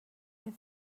here